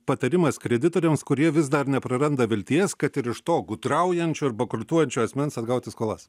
patarimas kreditoriams kurie vis dar nepraranda vilties kad ir iš to gudraujančio ir bankrutuojančio asmens atgauti skolas